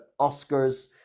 oscars